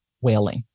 wailing